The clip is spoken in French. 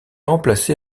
remplacé